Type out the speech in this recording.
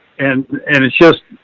and, and it's just,